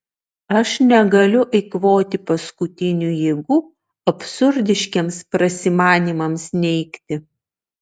aš negaliu eikvoti paskutinių jėgų absurdiškiems prasimanymams neigti